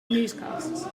newscasts